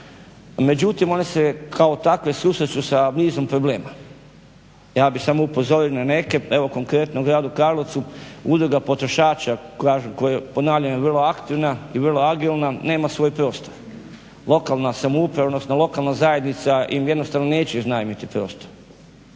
Međutim one se kao takve susreću sa nizom problema. Ja bih samo upozorio na neke. Evo konkretno u gradu Karlovcu Udruga potrošača koja je ponavljam vrlo aktivna i vrlo agilna nema svoj prostro. Lokalna zajednica im jednostavno neće iznajmiti prostor.